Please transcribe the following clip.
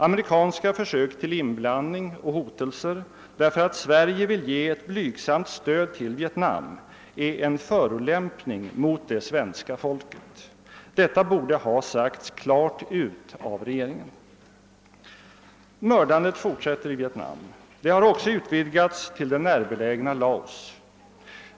Amerikanska försök till inblandning och hotelser därför att Sverige vill ge ett blygsamt stöd till Vietnam är en förolämpning mot det svenska folket. Detta borde klart ha sagts ut av regeringen. Mördandet fortsätter i Vietnam. Det har också utvidgats till det närbelägna Laos.